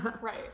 right